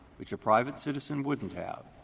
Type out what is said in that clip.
which a private citizen wouldn't have,